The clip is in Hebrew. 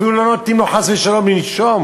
אפילו לא נותנים לו, חס ושלום, לנשום.